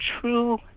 true